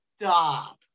Stop